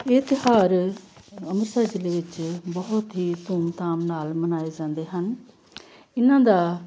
ਇਹ ਤਿਉਹਾਰ ਅੰਮ੍ਰਿਤਸਰ ਜ਼ਿਲ੍ਹੇ ਵਿਚ ਬਹੁਤ ਹੀ ਧੂਮ ਧਾਮ ਨਾਲ ਮਨਾਏ ਜਾਂਦੇ ਹਨ ਇਹਨਾਂ ਦਾ